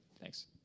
Thanks